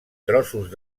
trossos